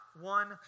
one